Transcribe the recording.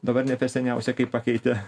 dabar ne per seniausiai kai pakeitė